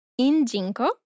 Injinko